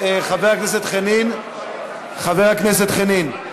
63 בעד, אין מתנגדים, אין נמנעים.